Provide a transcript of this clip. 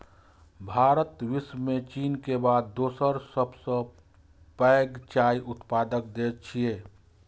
भारत विश्व मे चीन के बाद दोसर सबसं पैघ चाय उत्पादक देश छियै